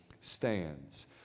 stands